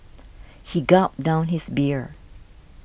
he gulped down his beer